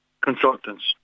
consultants